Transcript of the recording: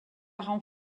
rend